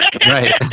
Right